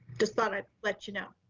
just thought i'd let you know.